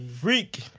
freak